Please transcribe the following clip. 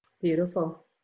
Beautiful